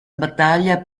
battaglia